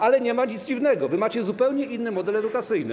Ale nie ma nic dziwnego, wy macie zupełnie inny model edukacyjny.